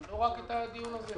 לא רק את הדיון הזה.